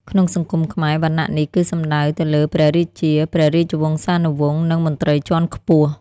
ក្នុងសង្គមខ្មែរ វណ្ណៈនេះគឺសំដៅទៅលើព្រះរាជា ព្រះរាជវង្សានុវង្ស និងមន្ត្រីជាន់ខ្ពស់។